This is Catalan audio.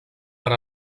per